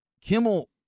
Kimmel